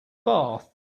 bath